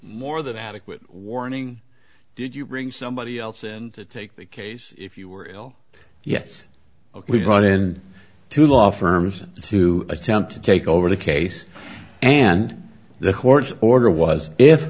more than adequate warning did you bring somebody else and take the case if you were ill yes we brought in two law firms to attempt to take over the case and the court's order was if